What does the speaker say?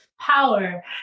power